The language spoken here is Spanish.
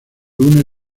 une